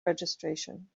registration